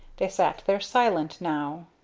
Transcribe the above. they sat there, silent, now.